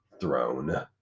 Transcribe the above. throne